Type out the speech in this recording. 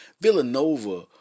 Villanova